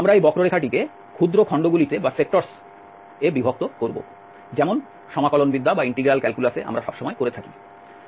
আমরা এই বক্ররেখাটিকে ক্ষুদ্র খন্ডগুলিতে বিভক্ত করব যেমন সমাকলন বিদ্যায় আমরা সবসময় করে থাকি